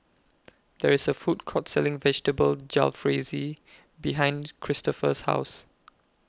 There IS A Food Court Selling Vegetable Jalfrezi behind Cristofer's House